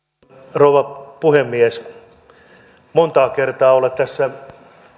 rouva puhemies montaa kertaa en ole tässä